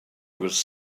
was